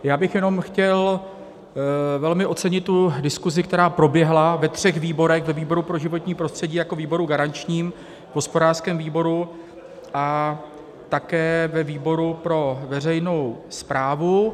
Já bych jenom chtěl velmi ocenit tu diskuzi, která proběhla ve třech výborech ve výboru pro životní prostředí jako výboru garančním, v hospodářském výboru a také ve výboru pro veřejnou správu.